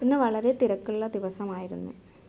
ഇന്ന് വളരെ തിരക്കുള്ള ദിവസമായിരുന്നു